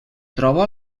troba